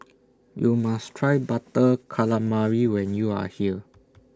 YOU must Try Butter Calamari when YOU Are here